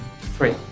Three